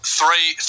three